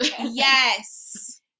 Yes